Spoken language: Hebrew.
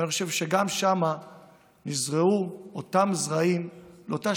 ואני חושב ששם גם נזרעו אותם זרעים של אותה